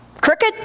crooked